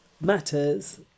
matters